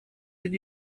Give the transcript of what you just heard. did